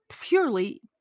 purely